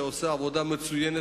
שעושה עבודה מצוינת,